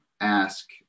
ask